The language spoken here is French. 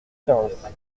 quinze